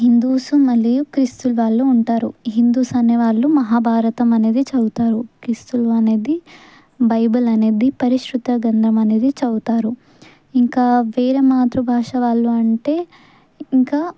Hindus మరియు క్రీస్తులు వాళ్ళు ఉంటారు హిందూస్ అనే వాళ్ళు మహాభారతం అనేది చదువుతారు క్రీస్తులు అనేది బైబిల్ అనేది పరిశృత గ్రంధం అనేది చదువుతారు ఇంకా వేరే మాతృభాష వాళ్ళు అంటే ఇంకా